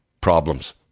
problems